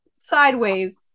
sideways